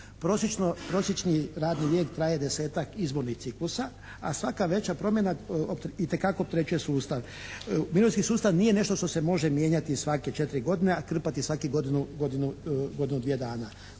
Prosječni radni vijek traje 10.-tak izbornih ciklusa a svaka veća promjena itekako opterećuje sustav. Mirovinski sustav nije nešto što se može mijenjati svake četiri godine a krpati svakih godinu, dvije dana.